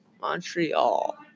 Montreal